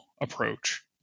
approach